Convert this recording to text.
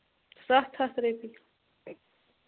سَتھ ہَتھ رۄپیہِ